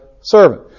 servant